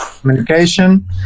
communication